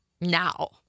Now